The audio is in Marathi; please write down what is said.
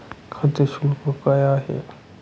खाते शुल्क काय आहे?